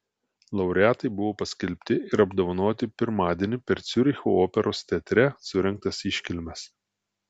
laureatai buvo paskelbti ir apdovanoti pirmadienį per ciuricho operos teatre surengtas iškilmes